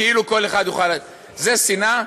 כאילו, כל אחד יוכל, זה שנאה?